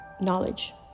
knowledge